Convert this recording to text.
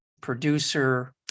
producer